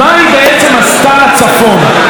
מה היא בעצם עשתה לצפון,